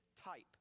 type